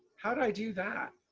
how do i do that?